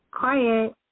quiet